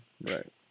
Right